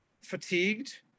fatigued